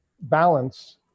balance